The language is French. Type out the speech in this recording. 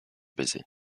baiser